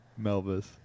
Melvis